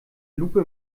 lupe